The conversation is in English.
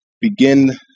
begin